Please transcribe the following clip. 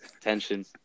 Tension